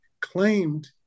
claimed